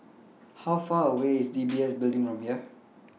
How Far away IS D B S Building from here